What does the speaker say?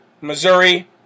Missouri